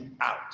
out